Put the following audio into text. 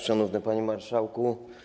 Szanowny Panie Marszałku!